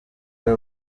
niwe